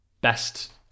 best